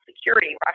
security